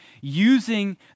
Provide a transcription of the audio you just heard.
using